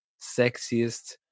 sexiest